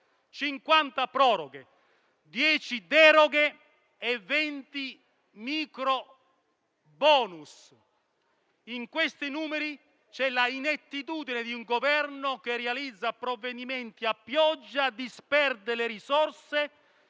milleproroghe), 10 deroghe e 20 microbonus*.* In questi numeri c'è l'inettitudine di un Governo che realizza provvedimenti a pioggia, disperde le risorse,